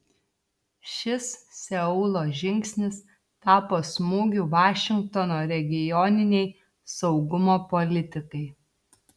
šis seulo žingsnis tapo smūgiu vašingtono regioninei saugumo politikai